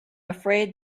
afraid